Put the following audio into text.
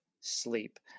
sleep